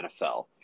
NFL